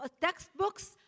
textbooks